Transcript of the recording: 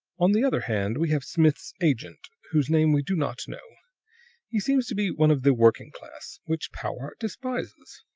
on the other hand, we have smith's agent, whose name we do not know he seems to be one of the working class, which powart despises.